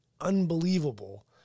unbelievable